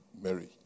Mary